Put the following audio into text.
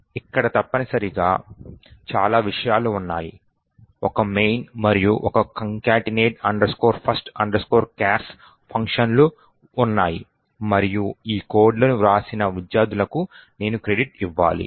ఇక్కడ తప్పనిసరిగా చాలా విషయాలు ఉన్నాయి ఒక main మరియు ఒక concatenate first chars ఫంక్షన్ లు ఉన్నాయి మరియు ఈ కోడ్ లను వ్రాసిన విద్యార్థులకు నేను క్రెడిట్ ఇవ్వాలి